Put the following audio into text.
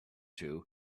two